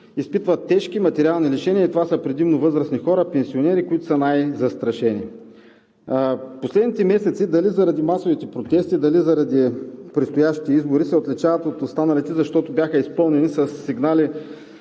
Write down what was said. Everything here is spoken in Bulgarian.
изпитват тежки материални лишения и това са предимно възрастни хора, пенсионери, които са най застрашени. Последните месеци, дали заради масовите протести, дали заради предстоящите избори, се отличават от останалите, защото бяха изпълнени със сигнали